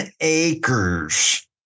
acres